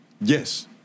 Yes